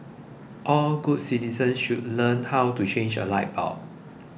all good citizens should learn how to change a light bulb